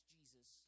Jesus